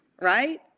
right